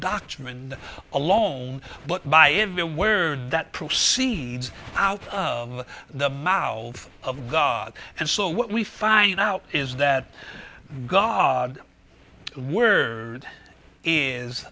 doctrine alone but by every word that proceeds out of the mouth of god and so what we finding out is that god word is